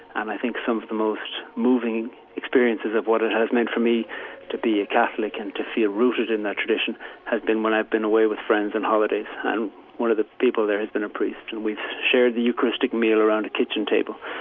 and i think some of the most moving experiences of what it has meant for me to be a catholic and to feel rooted in that tradition has been when i've been away with friends on holidays, and one of the people there has been a priest and we've shared the eucharistic meal around a kitchen table,